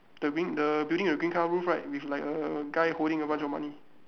the green the building with the green colour roof right with like a guy holding a bunch of money